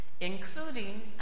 including